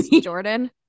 Jordan